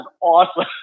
awesome